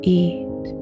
eat